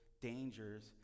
dangers